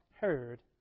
heard